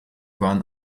waren